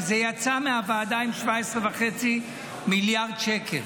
וזה יצא מהוועדה עם 17.5 מיליארד שקל.